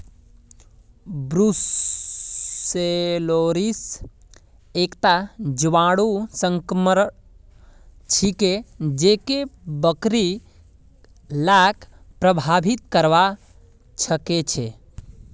brucellosis एकता जीवाणु संक्रमण छिके जेको बकरि लाक प्रभावित करवा सकेछे